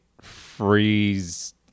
freeze